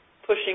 pushing